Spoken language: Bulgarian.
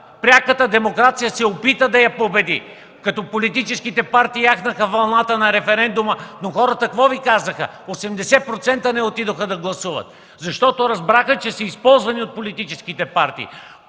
пряката демокрация се опита да я победи, като политическите партии яхнаха вълната на референдума. Обаче хората какво Ви казаха – 80% не отидоха да гласуват, защото разбраха, че са използвани от политическите партии.